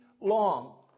long